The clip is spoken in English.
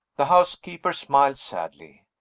the housekeeper smiled sadly.